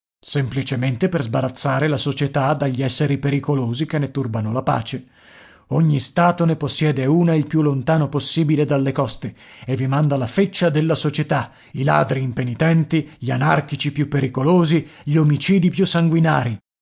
semplicemente per sbarazzare la società dagli esseri pericolosi che ne turbano la pace ogni stato ne possiede una il più lontano possibile dalle coste e vi manda la feccia della società i ladri impenitenti gli anarchici più pericolosi gli omicidi più sanguinari